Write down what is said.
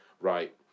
right